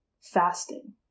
fasting